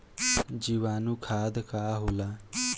जीवाणु खाद का होला?